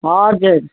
हजुर